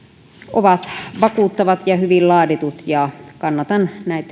ovat vakuuttavat ja hyvin laaditut ja kannatan